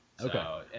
Okay